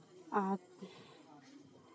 ᱟᱨ